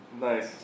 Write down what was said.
Nice